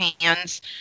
hands